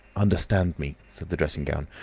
understand me! said the dressing-gown.